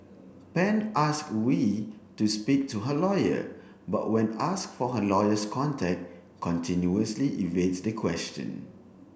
Pan asked Vew to speak to her lawyer but when asked for her lawyer's contact continuously evades the question